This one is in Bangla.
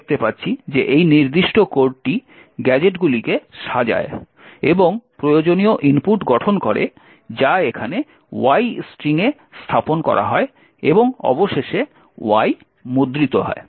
আমরা দেখতে পাচ্ছি যে এই নির্দিষ্ট কোডটি গ্যাজেটগুলিকে সাজায় এবং প্রয়োজনীয় ইনপুট গঠন করে যা এখানে Y স্ট্রিং এ স্থাপন করা হয় এবং অবশেষে Y মুদ্রিত হয়